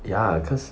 ya cause